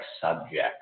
subjects